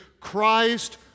Christ